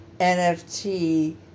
nft